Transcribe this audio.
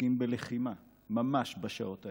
שעוסקים בלחימה, ממש בשעות האלה,